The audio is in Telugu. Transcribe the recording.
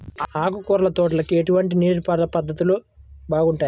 ఆకుకూరల తోటలకి ఎటువంటి నీటిపారుదల పద్ధతులు బాగుంటాయ్?